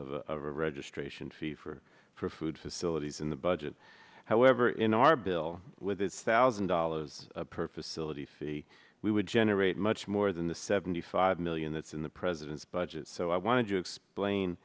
of a registration fee for for food facilities in the budget however in our bill with a thousand dollars per facility fee we would generate much more than the seventy five million that's in the president's budget so i wanted to explain